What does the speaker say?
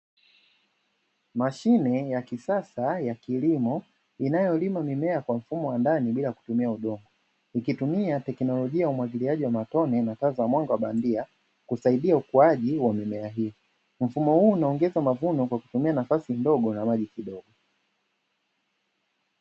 Mashine ya kisasa ya kilimo inayolima mimea kwa mfumo wa ndani bila kutumia udongo, ikitumia teknolojia ya umwagiliaji wa matone na taa za mwanga wa bandia kusaidi ukuaji wa mimea hiyo. Mfumo huu unaongeza mavuno kwa kutumia nafasi kidogo na maji kidogo.